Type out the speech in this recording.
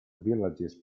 villages